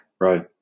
right